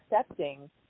accepting